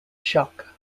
shock